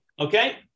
Okay